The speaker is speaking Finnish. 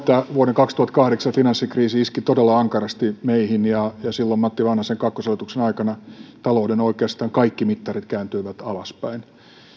vuoden kaksituhattakahdeksan finanssikriisi iski todella ankarasti meihin ja silloin matti vanhasen kakkoshallituksen aikana oikeastaan kaikki talouden mittarit kääntyivät alaspäin